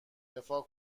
دفاع